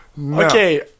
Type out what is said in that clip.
Okay